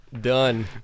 Done